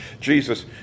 Jesus